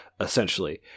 essentially